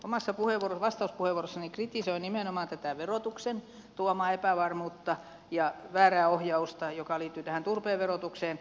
omassa vastauspuheenvuorossani kritisoin nimenomaan tätä verotuksen tuomaa epävarmuutta ja väärää ohjausta joka liittyy turpeen verotukseen